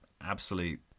absolute